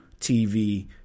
TV